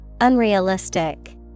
Unrealistic